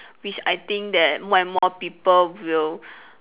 which I think that more and more people will